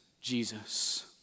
Jesus